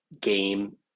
game